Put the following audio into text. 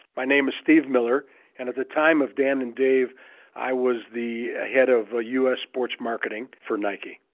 my name is steve miller and at the time of dan and dave i was the head of us sports marketing for nike.